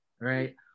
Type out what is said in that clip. right